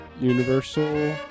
universal